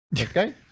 Okay